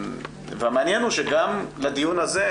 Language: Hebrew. המעניין הוא שגם לדיון הזה,